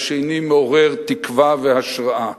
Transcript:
השני מעורר תקווה והשראה,